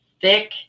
thick